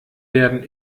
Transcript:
werden